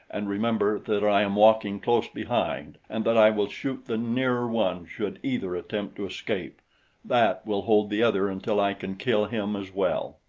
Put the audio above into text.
and remember that i am walking close behind and that i will shoot the nearer one should either attempt to escape that will hold the other until i can kill him as well.